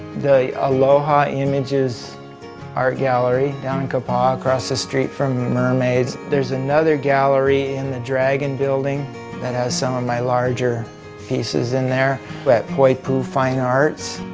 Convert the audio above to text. the aloha images art gallery in and kapaa across the street from mermaid's. there's another gallery in the dragon building that has some of my larger pieces in there. at poipu fine art.